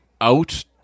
out